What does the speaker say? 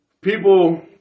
people